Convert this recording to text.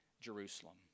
Jerusalem